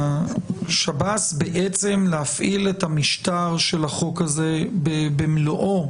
לשב"ס בעצם להפעיל את המשטר של החוק הזה במלואו